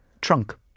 trunk